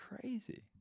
crazy